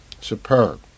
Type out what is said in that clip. superb